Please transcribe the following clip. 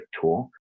tool